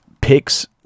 picks